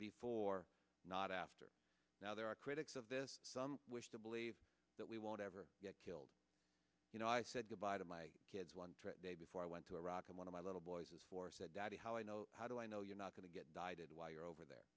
before not after now there are critics of this some wish to believe that we won't ever get killed you know i said goodbye to my kids one day before i went to iraq and one of my little boys is four said daddy how i know how do i know you're not going to get died while you're over there